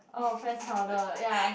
oh press powder ya